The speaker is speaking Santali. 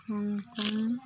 ᱦᱚᱝᱠᱚᱝ